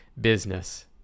business